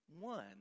one